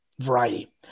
variety